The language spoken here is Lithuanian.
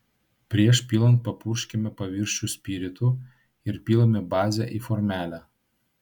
prieš pilant papurškiame paviršių spiritu ir pilame bazę į formelę